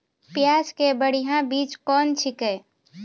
प्याज के बढ़िया बीज कौन छिकै?